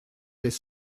des